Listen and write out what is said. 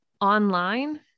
online